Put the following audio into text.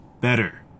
better